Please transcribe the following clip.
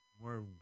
More